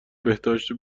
بهداشت